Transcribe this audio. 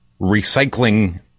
recycling